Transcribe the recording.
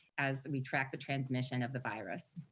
as we track the transmission of the virus.